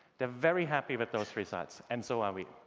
they're very happy with those results and so are we.